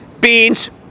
Beans